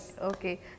Okay